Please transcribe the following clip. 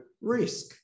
risk